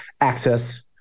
access